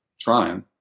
trying